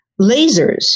Lasers